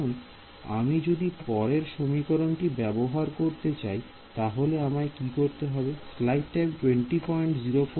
এখন আমি যদি পরের সমীকরণটি ব্যবহার করতে চাই তাহলে আমায় কি করতে হবে